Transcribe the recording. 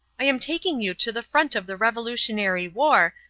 i am taking you to the front of the revolutionary war,